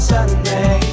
Sunday